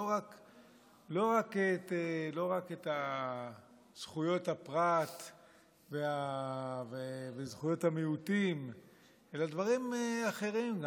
לא רק את זכויות הפרט וזכויות המיעוטים אלא גם דברים אחרים.